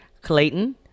Clayton